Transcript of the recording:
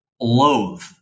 loathe